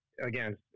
again